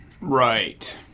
Right